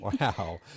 Wow